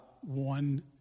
one